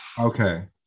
okay